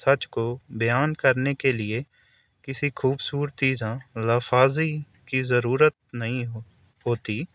سچ کو بیان کرنے کے لیے کسی خوبصورتی یا لفاظی کی ضرورت نہیں ہو ہوتی